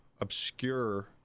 obscure